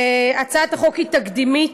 הצעת החוק היא תקדימית.